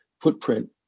footprint